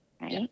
right